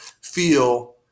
feel